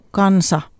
kansa